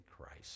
Christ